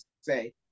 say